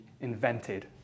invented